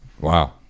Wow